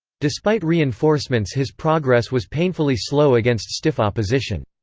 despite reinforcements his progress was painfully slow against stiff opposition.